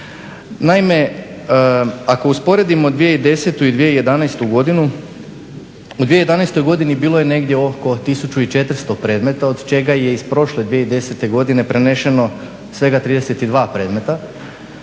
Naime, ako usporedimo 2010. i 2011. godinu u 2011. godini bilo je negdje oko 1400 predmeta od čega je iz prošle 2010. godine preneseno svega 32 predmeta